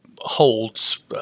Holds